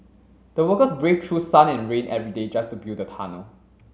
the workers braved through sun and rain every day just to build the tunnel